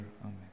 Amen